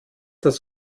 das